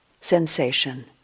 sensation